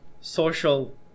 social